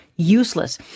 Useless